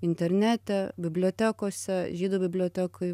internete bibliotekose žydų bibliotekoj